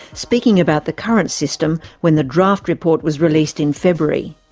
speaking about the current system when the draft report was released in february.